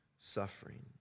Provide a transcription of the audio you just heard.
suffering